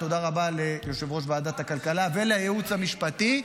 תודה רבה ליושב-ראש ועדת הכלכלה ולייעוץ המשפטי.